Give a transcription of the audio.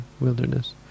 wilderness